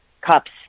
cups